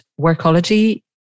Workology